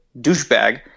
douchebag